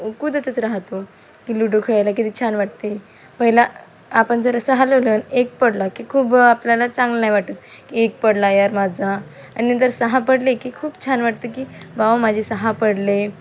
कुदतच राहतो की लुडो खेळायला किती छान वाटते पहिला आपण जर सहा लावलं एक पडला की खूप आपल्याला चांगलं नाही वाटत की एक पडला यार माझा आणि नंतर सहा पडले की खूप छान वाटतं की भाऊ माझी सहा पडले